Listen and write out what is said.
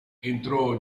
entrò